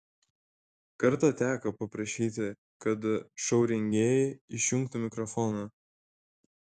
kartą teko paprašyti kad šou rengėjai išjungtų mikrofoną